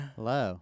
hello